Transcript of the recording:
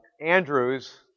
Andrew's